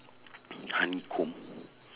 honeycomb